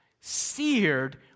Seared